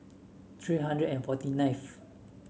three hundred and forty ninth